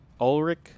Ulrich